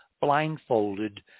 blindfolded